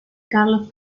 carlos